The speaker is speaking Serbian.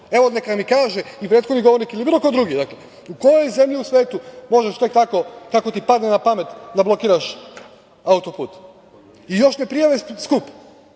Evo, neka mi kaže i prethodni govornik ili bilo ko drugi. U kojoj zemlji u svetu možeš tek tako, kako ti padne na pamet, da blokiraš autoput? Još ne prijave skup!